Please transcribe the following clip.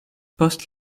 post